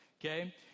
Okay